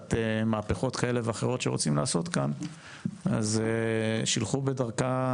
תחת מהפכות כאלה ואחרות שרוצים לעשות כאן אז שילכו בדרכה,